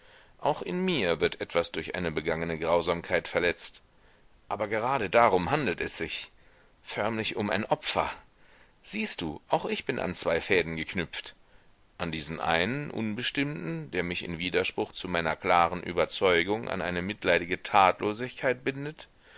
auch in mir wird etwas durch eine begangene grausamkeit verletzt aber gerade darum handelt es sich förmlich um ein opfer siehst du auch ich bin an zwei fäden geknüpft an diesen einen unbestimmten der mich in widerspruch zu meiner klaren überzeugung an eine mitleidige tatlosigkeit bindet